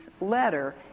letter